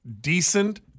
decent